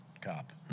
cop